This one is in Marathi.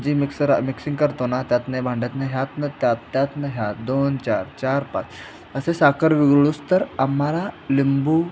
जी मिक्सर मिक्सिंग करतो ना त्यात नाही भांड्यात नाही ह्यात न त्यात त्यात न ह्या दोन चार चार पाच असे साखर वेगळूस तर आम्हाला लिंबू